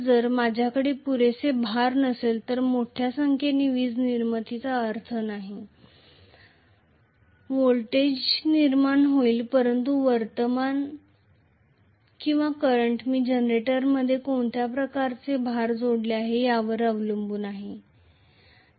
जर माझ्याकडे पुरेसे भार नसेल तर मोठ्या संख्येने वीज निर्मितीचा अर्थ नाही व्होल्टेज निर्माण होईल परंतु करंट मी जनरेटरमध्ये कोणत्या प्रकारचे भार जोडला आहे यावर अवलंबून असेल